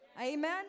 Amen